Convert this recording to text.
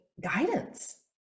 guidance